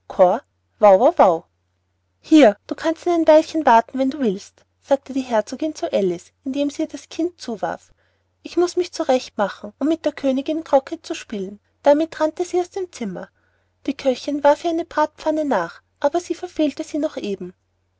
hier du kannst ihn ein weilchen warten wenn du willst sagte die herzogin zu alice indem sie ihr das kind zuwarf ich muß mich zurecht machen um mit der königin croquet zu spielen damit rannte sie aus dem zimmer die köchin warf ihr eine bratpfanne nach aber sie verfehlte sie noch eben